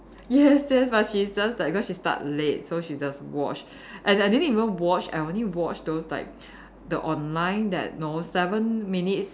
yes yes but she just like cause she start late so she just watch and I didn't even watch I only watch those like the online that know seven minutes